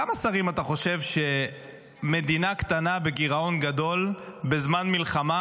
כמה שרים אתה חושב שצריכים במדינה קטנה בגירעון גדול בזמן מלחמה?